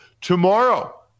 Tomorrow